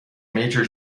major